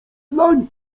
dlań